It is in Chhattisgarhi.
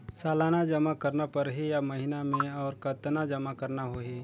सालाना जमा करना परही या महीना मे और कतना जमा करना होहि?